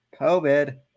COVID